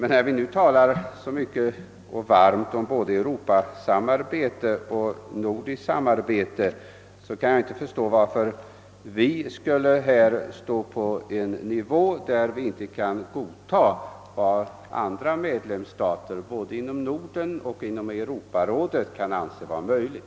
När vi nu talar så mycket och så varmt om både europasamarbete och nordiskt samarbete, kan jag inte förstå varför vi här inte skulle kunna godta vad andra medlemsstater både inom Norden och inom Europarådet anser vara möjligt.